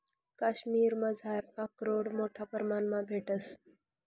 काश्मिरमझार आकरोड मोठा परमाणमा भेटंस